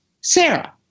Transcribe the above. sarah